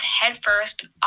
headfirst